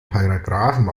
paragraphen